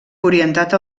orientat